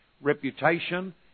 reputation